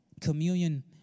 Communion